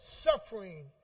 suffering